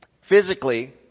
physically